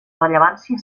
rellevància